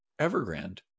Evergrande